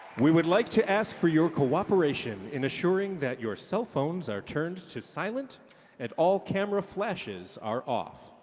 we would like to ask for your cooperation in assuring that your cell phones are turned to silent and all camera flashes are off.